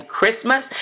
Christmas